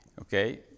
okay